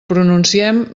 pronunciem